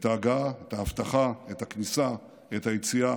את ההגעה, את האבטחה, את הכניסה, את היציאה,